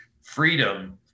freedom